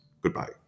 Goodbye